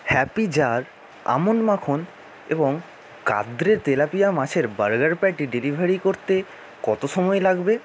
happy jar almond মাখন এবং Gadre tilapia মাছের বার্গার প্যাটি ডেলিভারি করতে কত সময় লাগবে